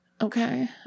okay